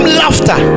laughter